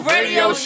Radio